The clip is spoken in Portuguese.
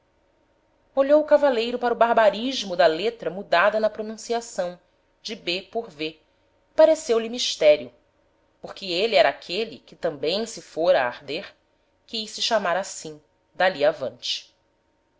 olhou o cavaleiro para o barbarismo da letra mudada na pronunciação de b por v e pareceu-lhe misterio porque ele era aquele que tambem se fôra a arder quis se chamar assim d'ali ávante